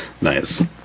nice